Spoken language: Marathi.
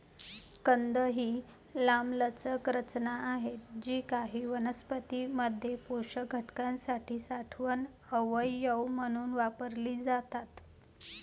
कंद ही लांबलचक रचना आहेत जी काही वनस्पतीं मध्ये पोषक घटकांसाठी साठवण अवयव म्हणून वापरली जातात